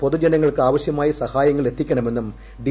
പൊതുജനങ്ങൾക്ക് ആവശ്യമായ സഹായങ്ങൾ എത്തിക്കണമെന്നും ഡി